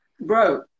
bro